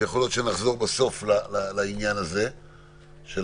ויכול להיות שנחזור בסוף לעניין של ההכרזה.